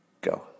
Go